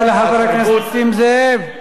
אני אומר לכם, בתרבות, תודה לחבר הכנסת נסים זאב.